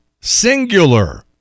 singular